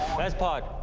west pod.